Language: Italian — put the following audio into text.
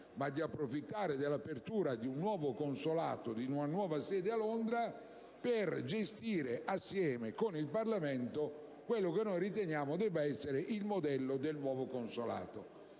ma di approfittare dell'apertura di una nuova sede consolare a Londra per gestire insieme al Parlamento quello che noi riteniamo debba essere il modello del nuovo consolato.